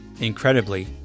Incredibly